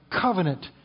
covenant